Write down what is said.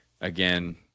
Again